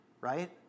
right